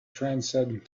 transcend